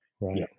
right